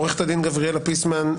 עורכת הדין גבריאלה פיסמן,